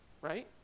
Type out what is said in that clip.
Right